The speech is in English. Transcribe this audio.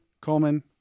Coleman –